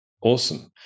Awesome